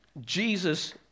Jesus